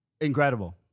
Incredible